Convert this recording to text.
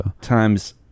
Times